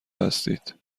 هستید